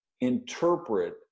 interpret